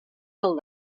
del